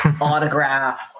autograph